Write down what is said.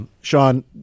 Sean